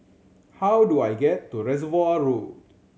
how do I get to Reservoir Road